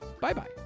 Bye-bye